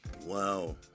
Wow